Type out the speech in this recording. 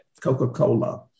Coca-Cola